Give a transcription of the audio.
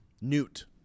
Newt